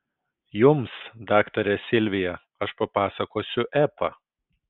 jums daktare silvija aš papasakosiu epą